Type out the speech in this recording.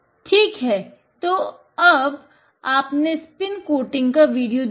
ठीक है तो अब अब आपने स्पिन कोटिंग का विडिओ देखा